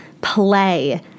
Play